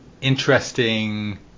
interesting